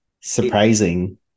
surprising